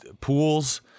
pools